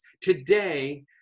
Today